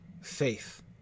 faith